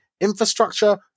infrastructure